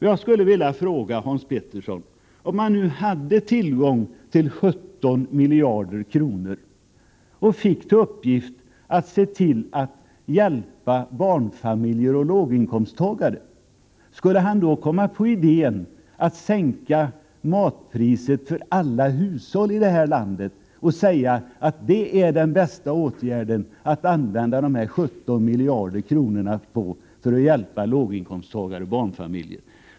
Jag skulle vilja fråga Hans Petersson: Om man hade tillgång till 17 miljarder kronor och fick till uppgift att se till att hjälpa barnfamiljer och låginkomsttagare, skulle Hans Petersson då komma på idén att sänka matpriset för alla hushåll i detta land och påstå att det är det bästa sättet att använda dessa 17 miljarder på för att hjälpa låginkomsttagare och barnfamiljer?